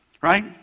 right